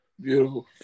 Beautiful